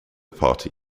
party